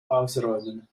ausräumen